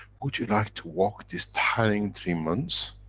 would you like to walk this time three months?